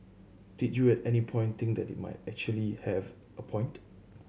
did you at any point think that they might actually have a point